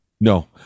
No